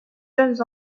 jeunes